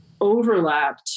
overlap